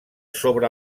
sobre